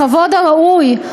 בכבוד ראוי,